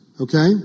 Okay